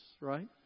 right